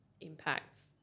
impacts